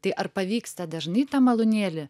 tai ar pavyksta dažnai tą malūnėlį